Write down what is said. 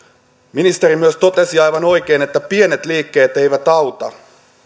ministeri myös totesi aivan oikein että pienet liikkeet eivät auta